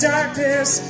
Darkness